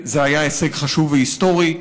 זה היה הישג חשוב והיסטורי.